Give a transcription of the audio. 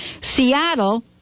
Seattle